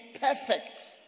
perfect